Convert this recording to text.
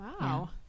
wow